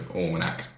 almanac